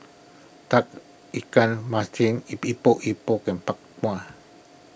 Tauge Ikan Masin Epok Epok and Bak Chang